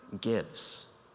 gives